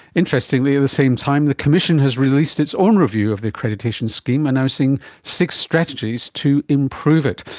interestingly at the same time the commission has released its own review of the accreditation scheme, announcing six strategies to improve it.